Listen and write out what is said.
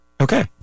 Okay